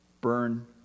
burn